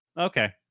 Okay